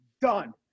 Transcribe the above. done